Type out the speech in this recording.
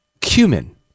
cumin